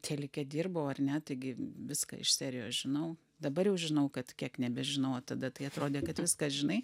telike dirbau ar ne taigi viską iš serijos žinau dabar jau žinau kad kiek nebežinojau tada tai atrodė kad viską žinai